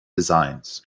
designs